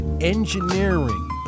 engineering